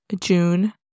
june